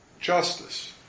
justice